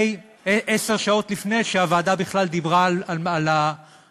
עשר שעות לפני שהוועדה בכלל דיברה על הרפורמה.